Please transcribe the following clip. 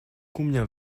combien